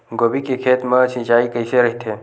गोभी के खेत मा सिंचाई कइसे रहिथे?